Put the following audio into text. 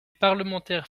parlementaires